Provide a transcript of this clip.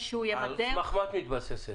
על סמך מה את מתבססת?